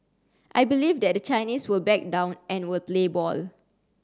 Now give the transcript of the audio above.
I believe that the Chinese will back down and will play ball